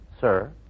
sir